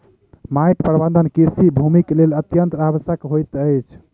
माइट प्रबंधन कृषि भूमिक लेल अत्यंत आवश्यक होइत अछि